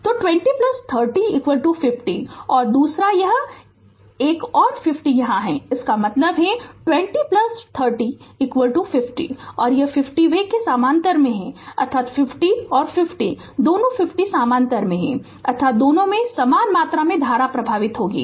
तो 203050 और दूसरा और यह एक और 50 यहाँ है इसका मतलब है यह 2030 50 और यह 50 वे के समानांतर में हैं अर्थात् 50 और 50 दोनों 50 समानांतर में हैं अर्थात् दोनों में समान मात्रा में धारा प्रवाहित होगी